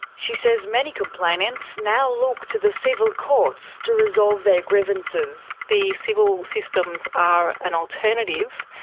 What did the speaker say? she says many complainants now look to the civil courts to resolve their grievances. the civil systems are an alternative,